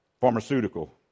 Pharmaceutical